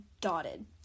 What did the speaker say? dotted